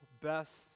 Best